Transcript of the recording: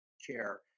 chair